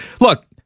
Look